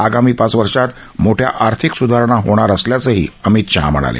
आगामी पाच वर्षात मोठ्या आर्थिक स्धारणा होणार असल्याचं अमित शहा म्हणाले